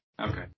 Okay